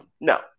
No